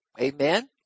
amen